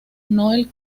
noel